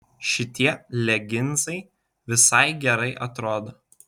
šitie leginsai visai gerai atrodo